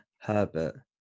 Herbert